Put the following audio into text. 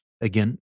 Again